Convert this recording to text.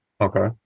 Okay